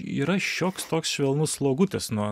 yra šioks toks švelnus slogutis nuo